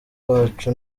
wacu